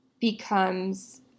becomes